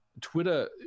Twitter